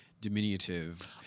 diminutive